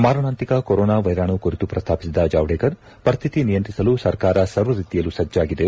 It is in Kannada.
ಮಾರಣಾಂತಿಕ ಕೊರೋನಾ ವೈರಾಣು ಕುರಿತು ಪ್ರಸ್ತಾಪಿಸಿದ ಜಾವಡೇಕರ್ ಪರಿಸ್ಥಿತಿ ನಿಯಂತ್ರಿಸಲು ಸರ್ಕಾರ ಸರ್ವ ರೀತಿಯಲ್ಲೂ ಸಜ್ವಾಗಿದೆ